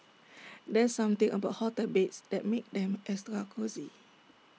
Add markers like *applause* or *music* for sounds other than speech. *noise* there's something about hotel beds that makes them extra cosy